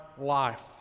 life